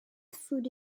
through